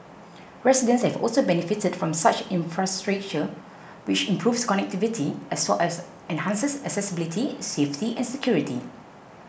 residents have also benefited from such infrastructure which improves connectivity as well as enhances accessibility safety and security